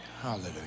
hallelujah